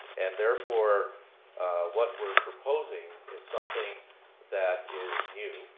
and therefore what we're proposing is something that is new.